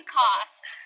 cost